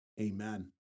Amen